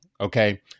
okay